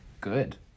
Good